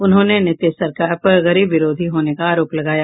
उन्होंने नीतीश सरकार पर गरीब विरोधी होने का आरोप लगाया